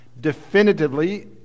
definitively